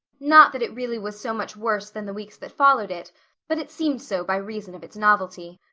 not that it really was so much worse than the weeks that followed it but it seemed so by reason of its novelty.